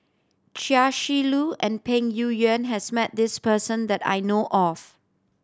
Chia Shi Lu and Peng Yuyun has met this person that I know of